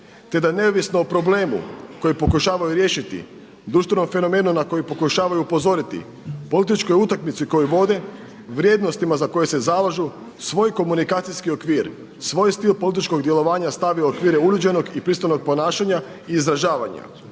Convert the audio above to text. te da neovisno o problemu koji pokušavaju riješiti društvenom fenomenu na koji pokušavaju upozoriti, političkoj utakmici koju vode, vrijednostima za koje se zalažu, svoj komunikacijski okvir, svoj stil političkog djelovanja stavi u okvire uljuđenog i pristojnog ponašanja i izražavanja.